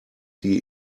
die